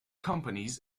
companies